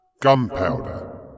Gunpowder